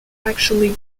actually